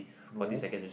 no